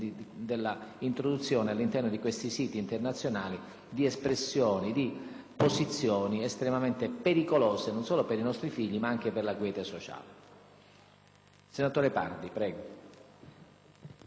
dell'introduzione, all'interno di questi siti internazionali, di espressioni di posizioni estremamente pericolose, non solo per i nostri figli, ma anche per la quiete sociale.